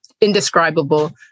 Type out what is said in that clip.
indescribable